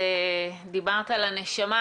את דיברת על הנשמה,